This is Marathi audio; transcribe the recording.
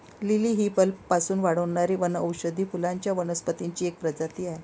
लिली ही बल्बपासून वाढणारी वनौषधी फुलांच्या वनस्पतींची एक प्रजाती आहे